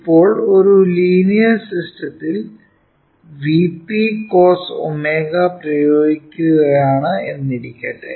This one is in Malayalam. ഇപ്പോൾ ഒരു ലീനിയർ സിസ്റ്റത്തിൽ Vpcosω പ്രയോഗിക്കുക്കയാണെന്നിരിക്കട്ടെ